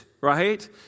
right